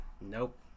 Nope